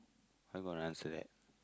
I'm gonna answer that